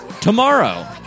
tomorrow